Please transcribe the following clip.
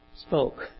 spoke